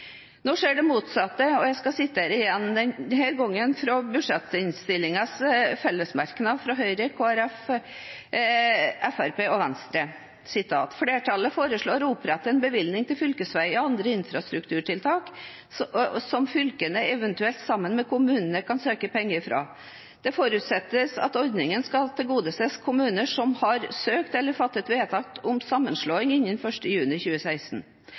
Nå skjer det motsatte, og jeg skal sitere igjen, denne gangen fra budsjettinnstillingens fellesmerknad fra Høyre, Fremskrittspartiet, Kristelig Folkeparti og Venstre: «Flertallet foreslår derfor å opprette en bevilgning til fylkesveier og andre infrastrukturtiltak, som fylkene eventuelt sammen med kommunene kan søke om midler fra. Det forutsettes at ordningen skal tilgodese kommuner som har søkt eller fattet vedtak om sammenslåing innen 1. juli 2016.»